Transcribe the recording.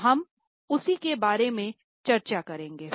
तो हम उसी के बारे में चर्चा करेंगे